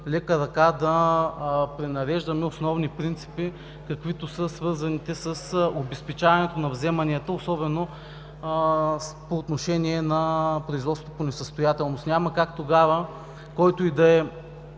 лека ръка да пренареждаме основни принципи, каквито са свързаните с обезпечаването на вземанията, особено по отношение на производството по несъстоятелност. Няма как тогава който и да е